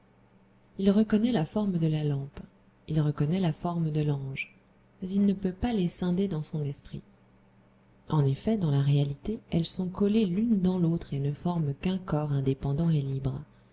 il reconnaît la forme de la lampe il reconnaît la forme de l'ange mais il ne peut pas les scinder dans son esprit en effet dans la réalité elles sont collées l'une dans l'autre et ne forment qu'un corps indépendant et libre